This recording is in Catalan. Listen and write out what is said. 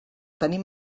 tenir